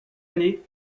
année